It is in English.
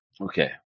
Okay